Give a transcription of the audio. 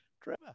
Trevor